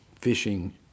fishing